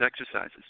exercises